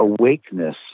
awakeness